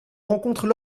rencontrent